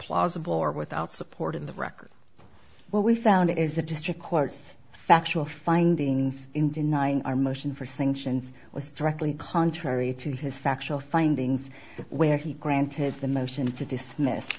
plausible or without support in the record what we found is the district court factual findings in denying our motion for thinking was directly contrary to his factual findings where he granted the motion to dismiss